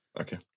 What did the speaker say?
Okay